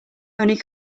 only